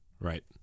Right